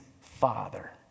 Father